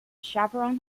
chaparral